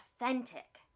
authentic